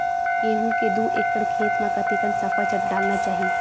गेहूं के दू एकड़ खेती म कतेकन सफाचट डालना चाहि?